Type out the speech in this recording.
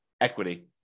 equity